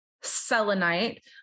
selenite